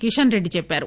కిషన్ రెడ్డి చెప్పారు